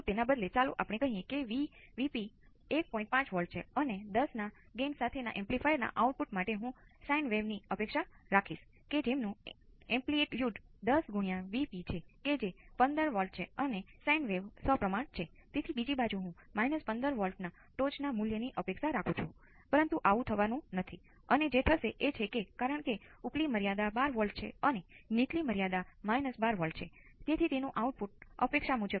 તેથી 0 નો આ Vc એવું નથી ધારતો કે તે અહીં t 0 છે તે જે પણ સ્ટેપ હશે